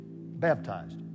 baptized